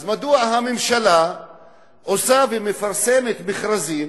אז מדוע הממשלה עושה ומפרסמת מכרזים